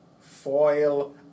foil